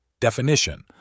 Definition